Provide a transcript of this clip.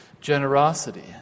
generosity